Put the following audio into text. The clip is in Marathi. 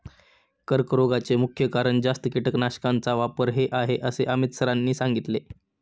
कर्करोगाचे मुख्य कारण जास्त कीटकनाशकांचा वापर हे आहे असे अमित सरांनी सांगितले